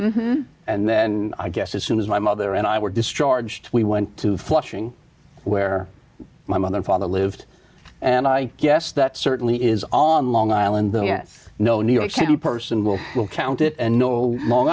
and then i guess as soon as my mother and i were discharged we went to flushing where my mother and father lived and i guess that certainly is on long island no new york city person will will count it and no long